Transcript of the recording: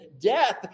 Death